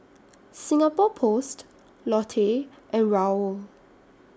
Singapore Post Lotte and Raoul